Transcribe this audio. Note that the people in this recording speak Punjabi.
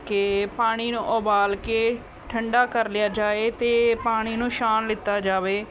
ਕਿ ਪਾਣੀ ਨੂੰ ਉਬਾਲ ਕੇ ਠੰਡਾ ਕਰ ਲਿਆ ਜਾਵੇ ਅਤੇ ਪਾਣੀ ਨੂੰ ਛਾਣ ਲਿੱਤਾ ਜਾਵੇ